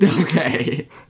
okay